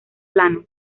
plano